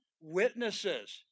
witnesses